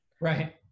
Right